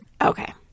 Okay